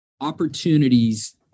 opportunities